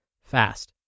fast